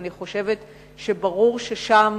ואני חושבת שברור ששם